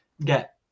get